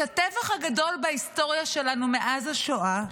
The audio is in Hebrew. הטבח הגדול בהיסטוריה שלנו מאז השואה,